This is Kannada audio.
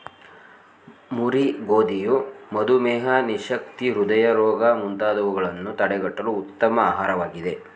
ಮುರಿ ಗೋಧಿಯು ಮಧುಮೇಹ, ನಿಶಕ್ತಿ, ಹೃದಯ ರೋಗ ಮುಂತಾದವುಗಳನ್ನು ತಡಗಟ್ಟಲು ಉತ್ತಮ ಆಹಾರವಾಗಿದೆ